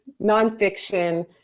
nonfiction